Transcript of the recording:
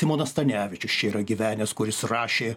simonas stanevičius čia yra gyvenęs kuris rašė